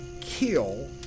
kill